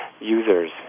users